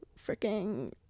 freaking